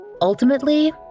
Ultimately